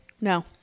No